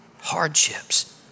Hardships